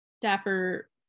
dapper